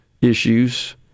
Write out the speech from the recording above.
issues